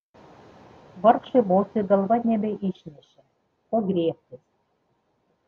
vargšui bosui galva nebeišnešė ko griebtis